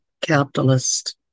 capitalist